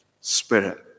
spirit